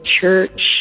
church